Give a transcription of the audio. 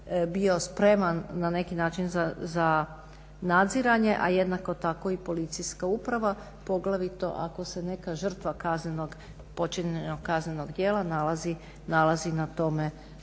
bio spreman na neki način za nadziranje a jednako tako i policijska uprava poglavito ako se neka žrtva počinjenog kaznenog djela nalazi na tome